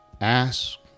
ask